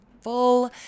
full